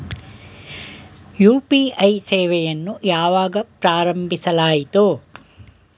UPI ಸೇವೆಯನ್ನು ಯಾವಾಗ ಪ್ರಾರಂಭಿಸಲಾಯಿತು?